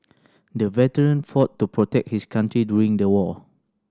the veteran fought to protect his country during the war